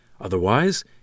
Otherwise